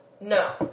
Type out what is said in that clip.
No